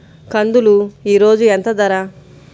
కందులు ఈరోజు ఎంత ధర?